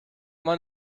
man